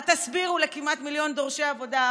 מה תסבירו לכמעט מיליון דורשי עבודה?